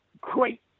great